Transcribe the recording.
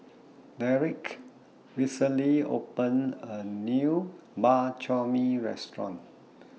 Derick recently opened A New Bak Chor Mee Restaurant